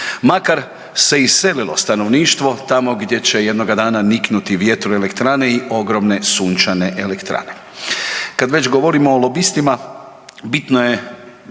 makar se iselilo stanovništvo tamo gdje će jednoga dana niknuti vjektroelektrane i ogromne sunčane elektrane. Kad već govorimo o lobistima bitno je